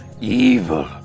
evil